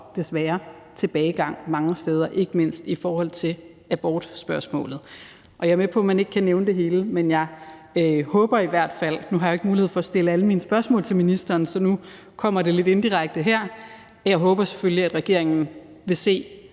stor tilbagegang mange steder – ikke mindst i forhold til abortspørgsmålet. Jeg er med på, at man ikke kan nævne det hele – jeg har jo ikke mulighed for at stille alle mine spørgsmål til ministeren, så nu kommer det lidt indirekte her – men jeg håber selvfølgelig, at regeringen vil se,